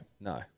No